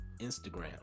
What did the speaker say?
Instagram